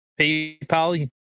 paypal